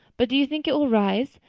but do you think it will rise?